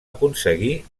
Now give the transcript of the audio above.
aconseguir